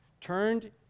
turned